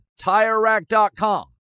TireRack.com